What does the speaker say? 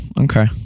Okay